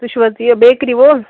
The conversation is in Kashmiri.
تُہۍ چھِوٕ حَظ یہِ بیکری وول